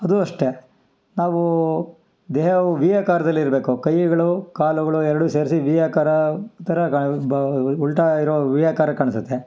ಅದೂ ಅಷ್ಟೇ ನಾವೂ ದೇಹವು ವಿ ಆಕಾರದಲ್ಲಿರಬೇಕು ಕೈಗಳು ಕಾಲುಗಳು ಎರಡು ಸೇರಿಸಿ ವಿ ಆಕಾರ ಥರ ಉಲ್ಟಾ ಇರೋ ವಿ ಆಕಾರ ಕಾಣಿಸತ್ತೆ